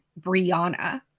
Brianna